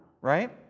Right